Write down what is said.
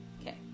Okay